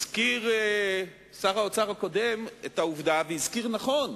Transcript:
הזכיר שר האוצר הקודם את העובדה, והזכיר נכון,